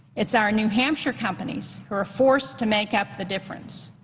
it's our new hampshire companies who are forced to make up the difference.